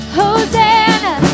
hosanna